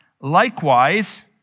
Likewise